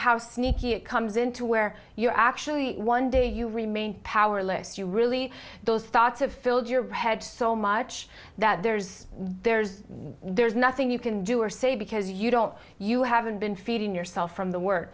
how sneaky it comes into where you're actually one day you remain powerless you really those thoughts of filled your head so much that there's there's there's nothing you can do or say because you don't you haven't been feeding yourself from the work